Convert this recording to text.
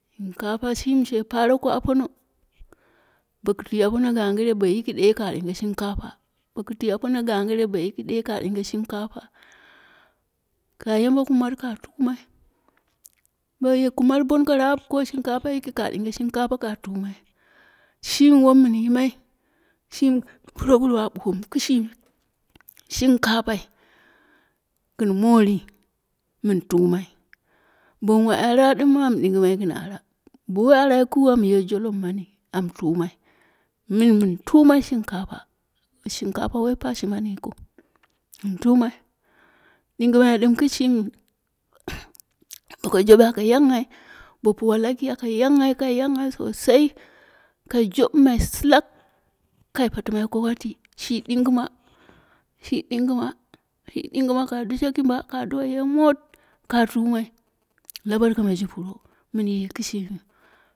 Shinkafa shimi she pare ko apono, boku twi apono gangire bo yiki ɗe ka shinkapa. Ka yambe kumat ka tumai. Bo ye kumat bonko rap ko shinkafai yiki ka ye shinkapa ka tumai, shimi wom min yimai, shimi puroguru a ɓomu ki shimi shinkafai gin mori mun tumai. Bona wai ara ɗim am ɗingimai gin ara. Bo woi ara yikiu am ye jolof mani am tumai, me min tumai shinkapa, shinkapa woi pashi mani yikiu, min tumai, ɗingimai ɗum kishi mi. Boko jobe aka yakghai, bo puwa laki aka yakghai, kai yakghai sosai, kai jobumai silak, kai patimai ko wati, shi ɗingima, shji ɗingima, shi ɗingima, ka dushe kimba, ka do ye mot, ka tumai, la barka maji puro, min ye kishimi